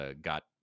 got